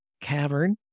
cavern